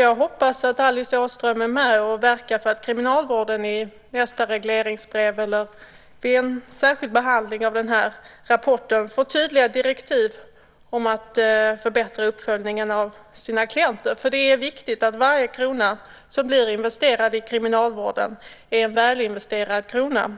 Jag hoppas att Alice Åström är med och verkar för att kriminalvården i nästa regleringsbrev eller vid en särskild behandling av den här rapporten får tydliga direktiv om att förbättra uppföljningen av sina klienter. Det är viktigt att varje krona som blir investerad i kriminalvården är en väl investerad krona